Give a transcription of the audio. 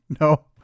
No